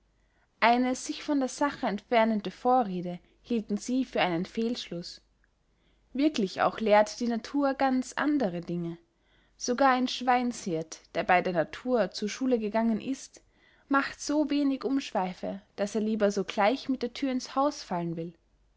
eine sich von der sache entfernende vorrede hielten sie für einen fehlschluß wirklich auch lehrt die natur ganz andere dinge sogar ein schweinshirt der bey der natur zu schule gegangen ist macht so wenig umschweife daß er lieber sogleich mit der thür ins haus fallen will